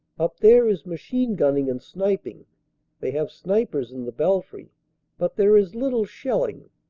up there is machine-gunning and sniping they have snipers in the belfry but there is little shelling.